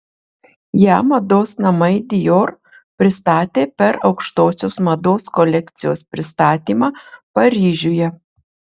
ją mados namai dior pristatė per aukštosios mados kolekcijos pristatymą paryžiuje